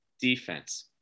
defense